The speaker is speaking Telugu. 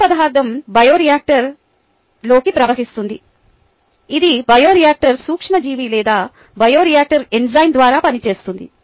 ముడి పదార్థం బయోరియాక్టర్లోకి ప్రవహిస్తుంది ఇది బయోరియాక్టర్లోని సూక్ష్మజీవి లేదా బయోఇయాక్టర్లోని ఎంజైమ్ ద్వారా పనిచేస్తుంది